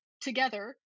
together